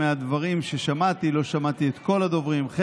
כמה קל לקבל ליטוף תקשורתי צבוע כאילו זה משהו אישי אלייך,